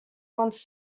wants